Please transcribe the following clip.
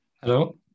Hello